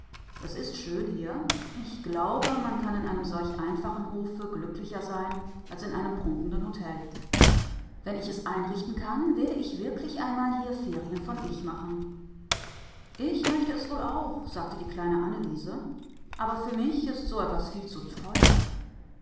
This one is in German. es ist schön hier ich glaube man kann in einem solch einfachen hofe glücklicher sein als in einem prunkenden hotel wenn ich es einrichten kann werde ich wirklich einmal hier ferien vom ich machen ich möchte es wohl auch sagte die kleine anneliese aber für mich ist so etwas viel zu teuer